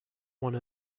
one